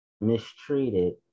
mistreated